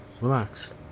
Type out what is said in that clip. relax